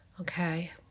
Okay